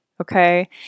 Okay